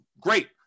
great